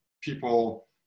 people